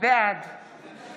בעד